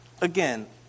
Again